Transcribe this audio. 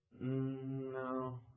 No